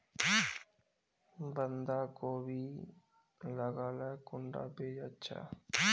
बंधाकोबी लगाले कुंडा बीज अच्छा?